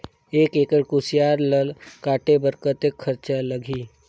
एक एकड़ कुसियार ल काटे बर कतेक खरचा लगही?